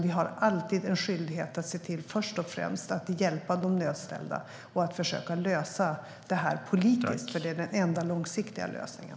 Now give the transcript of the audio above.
Vi har alltid en skyldighet att först och främst se till att hjälpa de nödställda och att försöka lösa detta politiskt, för det är den enda långsiktiga lösningen.